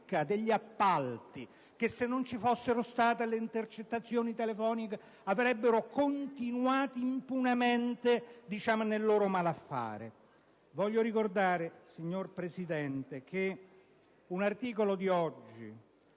degli appalti: se non vi fossero state le intercettazioni telefoniche avrebbero continuato impunemente nel loro malaffare. Voglio ricordare, signor Presidente, un articolo di oggi